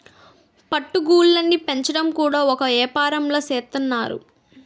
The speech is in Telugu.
పట్టు గూళ్ళుని పెంచడం కూడా ఒక ఏపారంలా సేత్తన్నారు